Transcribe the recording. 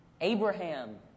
Abraham